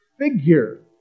figure